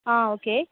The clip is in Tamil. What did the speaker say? ஆ ஓகே